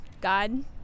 God